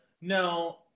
No